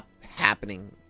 Happening